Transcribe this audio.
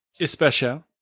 Especial